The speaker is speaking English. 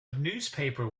newspaper